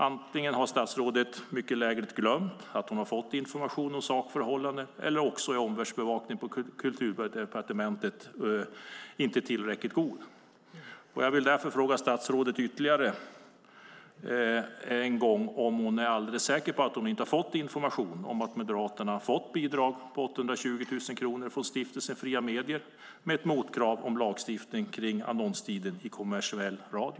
Antingen har statsrådet mycket lägligt glömt att hon har fått information om sakförhållandet eller så är omvärldsbevakningen på Kulturdepartementet inte tillräckligt god. Jag frågar därför statsrådet om hon är helt säker på att hon inte har fått information om att Moderaterna fått ett bidrag på 820 000 kronor från Stiftelsen Fria Media med motkrav om lagstiftning för annonstiden i kommersiell radio.